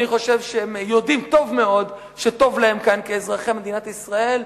אני חושב שהם יודעים טוב מאוד שטוב להם כאן כאזרחי מדינת ישראל.